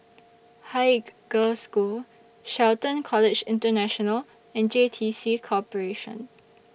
Haig Girls' School Shelton College International and J T C Corporation